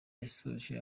yasoje